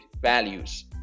values